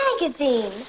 magazine